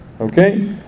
Okay